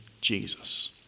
Jesus